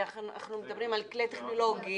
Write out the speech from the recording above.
הרי אנחנו מדברים על כלי טכנולוגי.